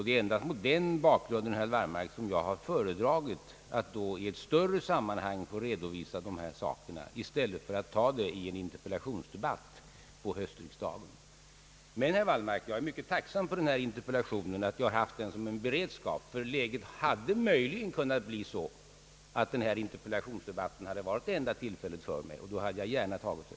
Det är endast mot den bakgrunden, herr Wallmark, som jag föredragit att då i ett större sammanhang få redovisa hithörande frågor, i stället för att behandla dem i en interpellationsdebatt under höstriksdagen. Men, herr Wallmark, jag är mycket tacksam för interpellationen. Jag har haft den som en beredskap, ty läget hade möjligen kunnat bli sådant att denna interpellationsdebatt varit enda tillfället för mig att behandla dessa frågor, och då hade jag gärna tagit det,